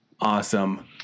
awesome